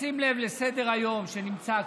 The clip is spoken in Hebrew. הכנסת לשים לב לסדר-היום שנמצא כאן.